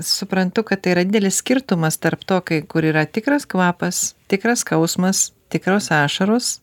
suprantu kad tai yra dielis skirtumas tarp to kai kur yra tikras kvapas tikras skausmas tikros ašaros